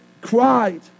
cried